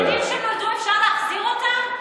הילדים שנולדו אפשר להחזיר אותם?